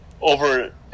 over